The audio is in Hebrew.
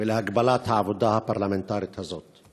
ולהגבלת העבודה הפרלמנטרית הזאת.